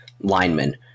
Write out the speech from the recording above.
linemen